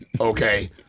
Okay